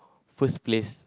first place